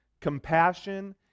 compassion